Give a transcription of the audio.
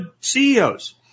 CEOs